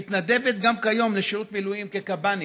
מתנדבת גם כיום לשירות מילואים כקב"נית.